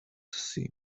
seem